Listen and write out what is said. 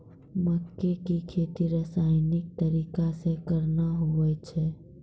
मक्के की खेती रसायनिक तरीका से कहना हुआ छ?